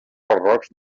barrocs